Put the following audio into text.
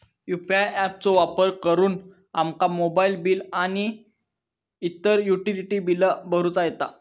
UPI app चो वापर करुन आमका मोबाईल बिल आणि इतर युटिलिटी बिला भरुचा येता